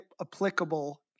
applicable